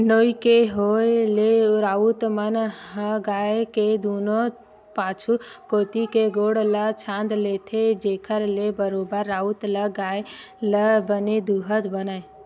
नोई के होय ले राउत मन ह गाय के दूनों पाछू कोती के गोड़ ल छांद देथे, जेखर ले बरोबर राउत ल गाय ल बने दूहत बनय